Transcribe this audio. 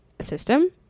system